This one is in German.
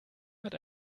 hat